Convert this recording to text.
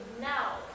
Now